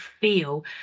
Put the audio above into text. feel